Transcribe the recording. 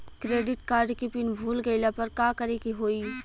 Credit card के pin भूल गईला पर का करे के होई?